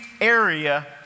area